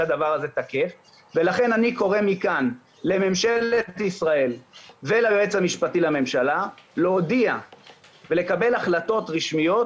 לכן אני קורא לממשלת ישראל וליועץ המשפטי לממשלה לקבל החלטות רשמיות